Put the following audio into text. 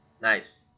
Nice